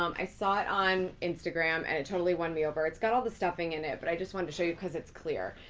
um i saw it on instagram and it totally won me over. it's got all the stuffing in it, but i just wanted to show you cause it's clear.